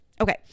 Okay